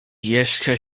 jeszcze